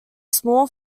small